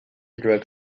drug